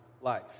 life